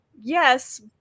yes